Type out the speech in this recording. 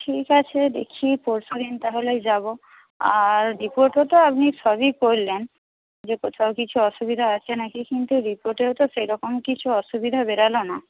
ঠিক আছে দেখি পরশুদিন তাহলে যাবো আর রিপোর্টও তো আপনি সবই করলেন যে কোথাও কিছু অসুবিধা আছে নাকি কিন্তু রিপোর্টেও তো সেরকম কিছু অসুবিধা বেরোলো না